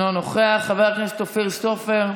אינו נוכח, חבר הכנסת אופיר סופר,